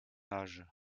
âge